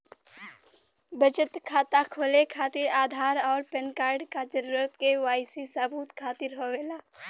बचत खाता खोले खातिर आधार और पैनकार्ड क जरूरत के वाइ सी सबूत खातिर होवेला